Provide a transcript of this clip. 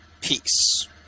Peace